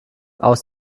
aus